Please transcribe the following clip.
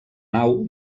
nau